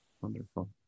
wonderful